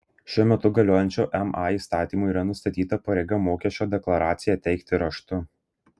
šiuo metu galiojančiu ma įstatymu yra nustatyta pareiga mokesčio deklaraciją teikti raštu